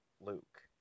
Luke